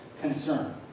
concern